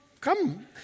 come